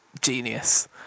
genius